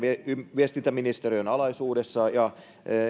viestintäministeriön alaisuudessa ja